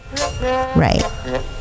Right